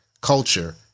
culture